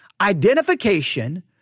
Identification